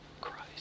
Christ